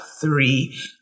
three